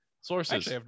sources